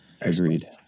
agreed